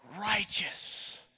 righteous